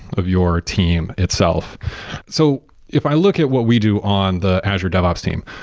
of your team itself so if i look at what we do on the azure devops team,